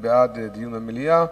זה בעד דיון במליאה,